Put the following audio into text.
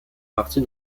partie